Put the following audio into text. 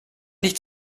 nicht